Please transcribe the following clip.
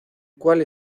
cual